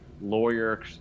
lawyer